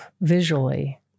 visually